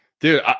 Dude